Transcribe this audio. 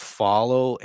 follow